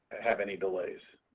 have any delays.